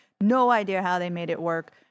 no-idea-how-they-made-it-work